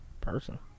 person